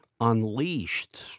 unleashed